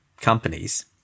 companies